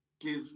give